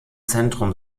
zentrum